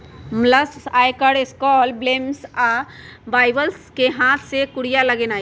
mussels, oyster, cockles, clams आ bivalves कें हाथ से कूरिया लगेनाइ